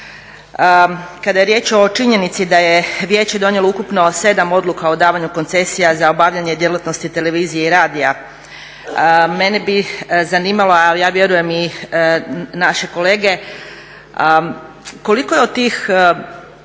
Kada je riječ o činjenici da je vijeće donijelo ukupno 7 odluka o davanju koncesija za obavljanje djelatnosti televizije i radija mene bi zanimala a ja vjerujem i naše kolege koliko je od tih